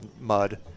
mud